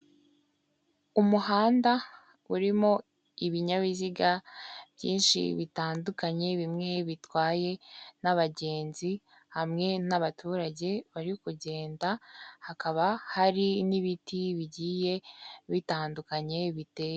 Umuhanda urimo ibinyabiziga byinshi bitandukanye, bimwe bitwaye n'abagenzi hamwe n'abaturage bari kugenda; hakaba hari n'ibiti bigiye bitandukanye biteye...